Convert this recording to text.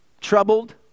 Troubled